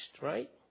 right